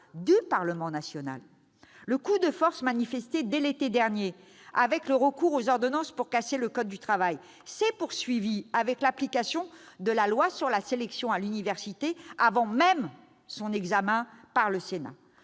du parlement national. Le coup de force entamé dès l'été dernier avec le recours aux ordonnances pour casser le code du travail s'est poursuivi avec l'application de la loi sur la sélection à l'université avant même son examen par le Sénat.